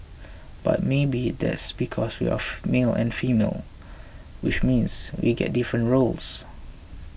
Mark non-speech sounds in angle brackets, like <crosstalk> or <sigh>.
but maybe that's because we're <noise> male and female which means we get different roles